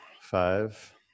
Five